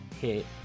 hit